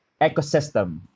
ecosystem